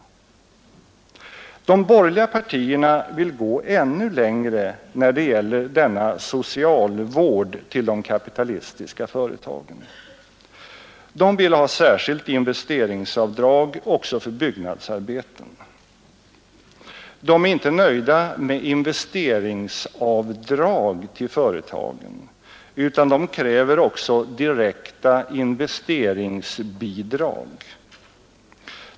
De borgerliga partierna vill gå ännu längre när det gäller denna socialvård till de kapitalistiska företagen. De vill ha särskilt investeringsavdrag också för byggnadsarbeten. De är inte nöjda med investeringsavdrag till företagen utan de kräver också direkta investeringsbidrag.